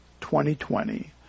2020